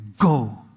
go